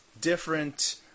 different